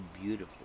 beautiful